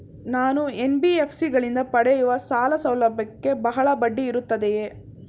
ನಾನು ಎನ್.ಬಿ.ಎಫ್.ಸಿ ಗಳಿಂದ ಪಡೆಯುವ ಸಾಲ ಸೌಲಭ್ಯಕ್ಕೆ ಬಹಳ ಬಡ್ಡಿ ಇರುತ್ತದೆಯೇ?